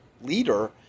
leader